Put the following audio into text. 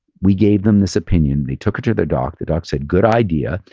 we gave them this opinion, they took her to their doc, the doc said, good idea,